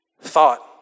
thought